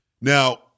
Now